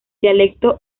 dialecto